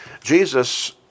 Jesus